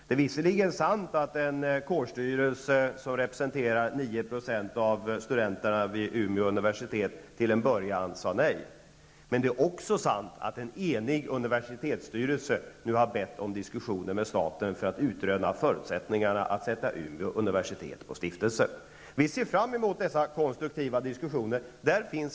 Det är visserligen sant att en kårstyrelse som representerar 9 % av studenterna vid Umeå universitet till en början sade nej, men det är också sant att en enig universitetsstyrelse har bett om diskussioner med staten för att utröna förutsättningarna för att sätta Umeå universitet på stiftelse. Vi ser fram mot konstruktiva diskussioner.